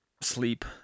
Sleep